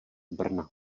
brna